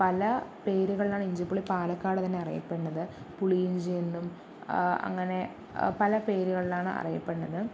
പല പേരുകളിലാണ് ഇഞ്ചിപ്പുളി പാലക്കാട് തന്നെ അറിയപ്പെടുന്നത് പുളിയിഞ്ചി എന്നും അങ്ങനെ പല പേരുകളിലാണ് അറിയപ്പെടുന്നത്